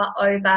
over